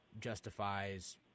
justifies